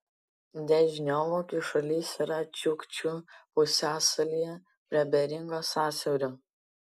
dežniovo kyšulys yra čiukčių pusiasalyje prie beringo sąsiaurio